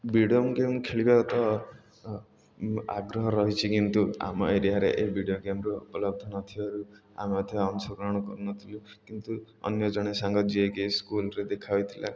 video game ଖେଳିବା ତ ଆଗ୍ରହ ରହିଛି କିନ୍ତୁ ଆମ ଏରିଆରେ ଏ ଭିଡ଼ିଓ ଗେମ୍ର ଉପଲବ୍ଧ ନ ଥିବାରୁ ଆମେ ମଧ୍ୟ ଅଂଶଗ୍ରହଣ କରୁନଥିଲୁ କିନ୍ତୁ ଅନ୍ୟ ଜଣେ ସାଙ୍ଗ ଯିଏକି ସ୍କୁଲ୍ରେ ଦେଖା ହୋଇଥିଲା